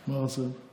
מה חסר?